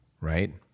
right